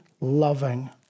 loving